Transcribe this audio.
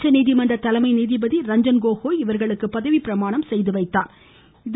உச்சநீதிமன்ற தலைமை நீதிபதி ரஞ்சன் கோகோய் இவர்களுக்கு பதவிப்பிரமாணம் செய்து வைத்தாா்